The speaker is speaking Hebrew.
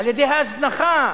על-ידי ההזנחה.